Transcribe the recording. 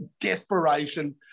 desperation